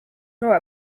nor